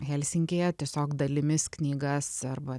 helsinkyje tiesiog dalimis knygas arba